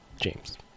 James